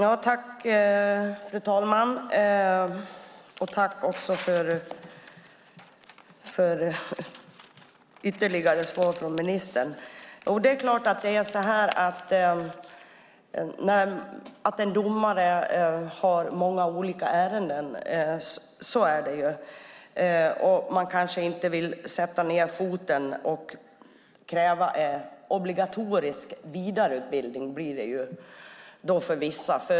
Fru talman! Jag tackar för ytterligare svar från ministern. Det är klart att en domare har många olika ärenden, och kanske vill man inte sätta ned foten och kräva obligatorisk vidareutbildning för vissa.